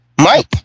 Mike